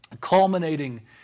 culminating